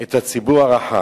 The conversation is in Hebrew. את הציבור הרחב.